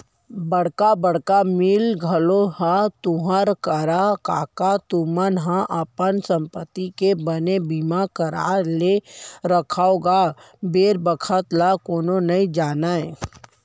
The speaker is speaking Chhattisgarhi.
बड़का बड़का मील घलोक हे तुँहर करा कका तुमन ह अपन संपत्ति के बने बीमा करा के रखव गा बेर बखत ल कोनो नइ जानय